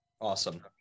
Awesome